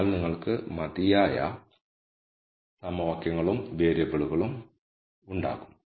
അതിനാൽ നിങ്ങൾക്ക് മതിയായ സമവാക്യങ്ങളും വേരിയബിളുകളും ഉണ്ടാകും